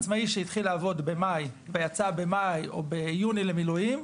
עצמאי שהתחיל לעבוד במאי ויצא במאי או ביוני למילואים,